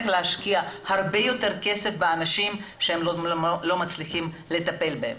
להשקיע הרבה יותר כסף באנשים שלא מספיקים לטפל בהם.